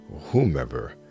whomever